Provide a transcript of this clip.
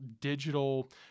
digital